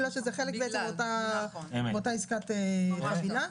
בגלל שזה חלק מאותה עסקת חבילה.